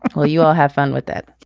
well you all have fun with it